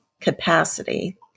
capacity